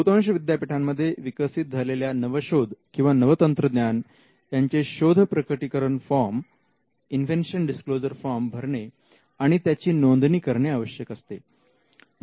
बहुतांश विद्यापीठांमध्ये विकसित झालेल्या नवशोध किंवा नवतंत्रज्ञान यांचे शोध प्रकटीकरण फॉर्म भरणे आणि त्याची नोंदणी करणे आवश्यक असते